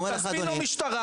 הוא אומר לו: אדוני,